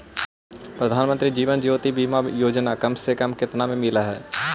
प्रधानमंत्री जीवन ज्योति बीमा योजना कम से कम केतना में मिल हव